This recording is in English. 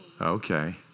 Okay